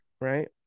right